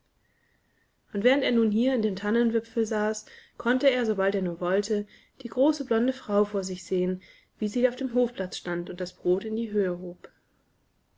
und während er nun hier in dem tannenwipfel saß konnte er sobald er nur wollte die große blonde frau vor sich sehen wie sie da auf dem hofplatz standunddasbrotindiehöhehob sie